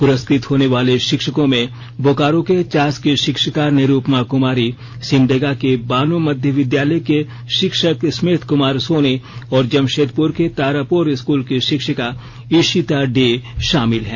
पुरस्कृत होने वाले शिक्षकों में बोकारो के चास की शिक्षिका निरुपमा कुमारी सिमडेगा के बानो मध्य विद्यालय के शिक्षक स्मिथ कुमार सोनी और जमशेदपुर के तारापोर स्कूल की शिक्षिका इशिता डे शामिल हैं